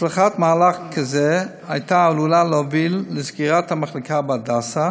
הצלחת מהלך כזה הייתה עלולה להוביל לסגירת המחלקה בהדסה